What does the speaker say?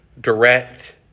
direct